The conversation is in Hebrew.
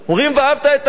אומרים: ואהבת את הגר.